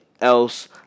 else